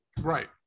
Right